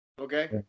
Okay